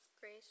Grace